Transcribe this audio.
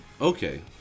Okay